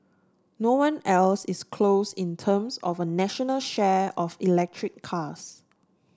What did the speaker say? no one else is close in terms of a national share of electric cars